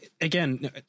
again